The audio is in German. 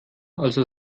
also